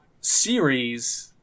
series